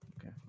Okay